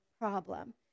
problem